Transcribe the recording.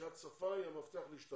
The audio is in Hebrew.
רכישת שפה היא המפתח להשתלבות